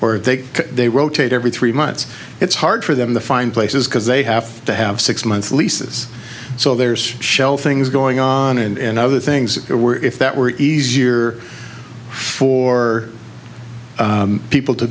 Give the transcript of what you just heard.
or take they rotate every three months it's hard for them to find places because they have to have six months leases so there's shelf things going on and other things there were if that were easier for people to